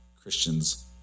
Christians